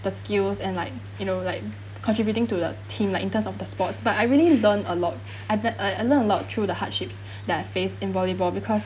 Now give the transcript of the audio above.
the skills and like you know like contributing to the team like in terms of the sports but I really learned a lot I bet I I learned a lot through the hardships that I face in volleyball because